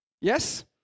Yes